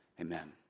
Amen